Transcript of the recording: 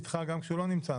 גם כשהוא לא נמצא.